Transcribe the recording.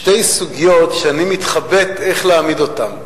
שתי סוגיות שאני מתחבט איך להעמיד אותן,